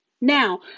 Now